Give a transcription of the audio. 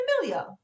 familiar